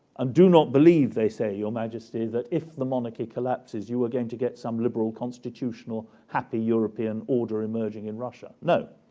and do not believe, they say, your majesty, that if the monarchy collapses, you are going to get some liberal constitutional happy european order emerging in russia. no,